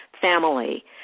family